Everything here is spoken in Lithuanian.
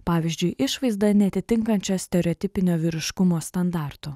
pavyzdžiui išvaizda neatitinkančia stereotipinio vyriškumo standartų